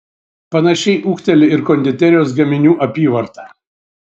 panašiai ūgteli ir konditerijos gaminių apyvarta